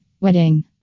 Wedding